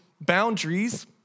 boundaries